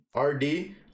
RD